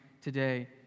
today